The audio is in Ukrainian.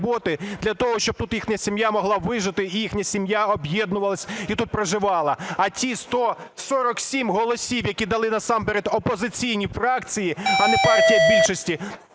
для того, щоб тут їхня сім'я могла вижити і їхня сім'я об'єднувалася і тут проживала. А ті 147 голосів, які дали насамперед опозиційні фракції, а не партія більшості,